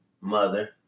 mother